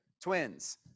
Twins